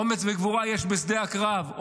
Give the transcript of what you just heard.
אומץ וגבורה יש בשדה הקרב.